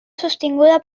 sostinguda